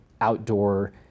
outdoor